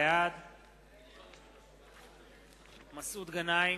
בעד מסעוד גנאים,